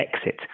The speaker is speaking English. exit